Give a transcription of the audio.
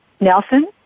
Nelson